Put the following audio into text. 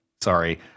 Sorry